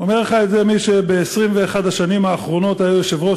אומר לך את זה מי שב-21 השנים האחרונות היה יושב-ראש